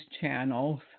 channels